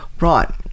right